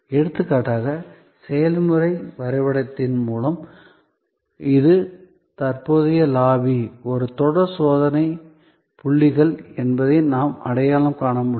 எடுத்துக்காட்டாக செயல்முறை வரைபடத்தின் மூலம் இது தற்போதைய லாபி ஒரு தொடர் சோதனை புள்ளிகள் என்பதை நாம் அடையாளம் காண முடியும்